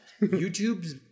YouTube's